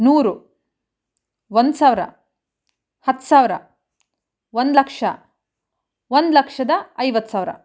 ನೂರು ಒಂದು ಸಾವಿರ ಹತ್ತು ಸಾವಿರ ಒಂದು ಲಕ್ಷ ಒಂದು ಲಕ್ಷದ ಐವತ್ತು ಸಾವಿರ